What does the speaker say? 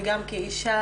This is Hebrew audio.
גם כאישה,